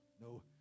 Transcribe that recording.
No